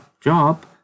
job